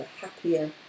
happier